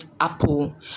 Apple